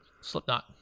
Slipknot